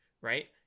right